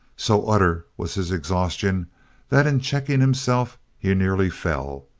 so utter was his exhaustion that in checking himself he nearly fell,